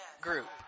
group